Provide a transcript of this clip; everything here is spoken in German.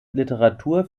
literatur